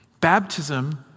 Baptism